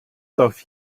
darf